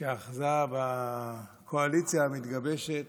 שאחזה בקואליציה המתגבשת.